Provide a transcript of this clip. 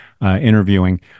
interviewing